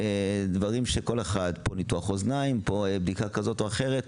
ולדברים שכל אחד נזקק להם ניתוח אוזניים או בדיקה כזאת או אחרת.